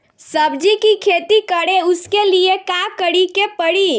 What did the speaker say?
सब्जी की खेती करें उसके लिए का करिके पड़ी?